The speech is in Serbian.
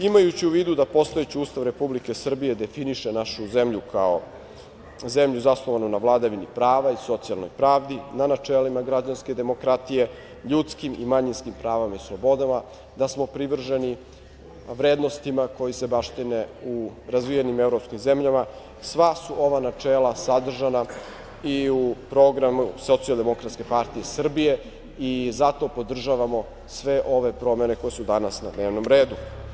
Imajući u vidu da postojeći Ustav Republike Srbije definiše našu zemlju kao zemlju zasnovanu na vladavini prava i socijalnoj pravdi, na načelima građanske demokratije, ljudskim i manjinskim pravima i slobodama, da smo privrženi vrednostima koje se baštine u razvijenim evropskim zemljama, sva su ova načela sadržana i u programu Socijaldemokratske partije Srbije i zato podržavamo sve ove promene koje su danas na dnevnom redu.